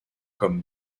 comme